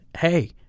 Hey